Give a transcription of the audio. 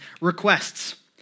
requests